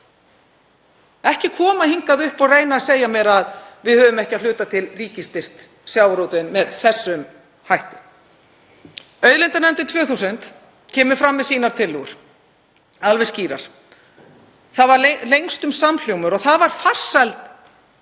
Ekki koma hingað upp og reyna að segja mér að við höfum ekki að hluta til ríkisstyrkt sjávarútveginn með þessum hætti. Auðlindanefndin 2000 kom fram með sínar tillögur alveg skýrar. Það var lengstum samhljómur og það var farsæl skipun